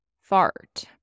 fart